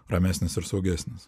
ramesnis ir saugesnis